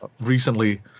recently